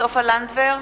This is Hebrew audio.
סופה לנדבר,